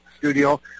studio